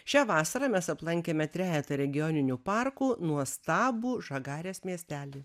šią vasarą mes aplankėme trejetą regioninių parkų nuostabų žagarės miestelį